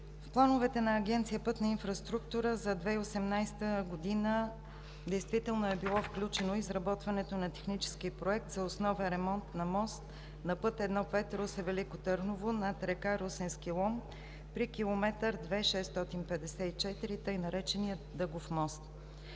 В плановете на Агенция „Пътна инфраструктура“ за 2018 г. действително е било включено изработването на технически проект за основен ремонт на мост на път І-5 Русе – Велико Търново над река Русенски лом при километър 2+654, така наречения „Дъгов мост“.